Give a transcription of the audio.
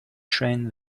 train